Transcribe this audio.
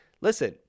Listen